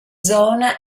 zona